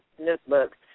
notebook